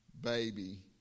baby